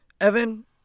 Evan